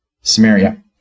Samaria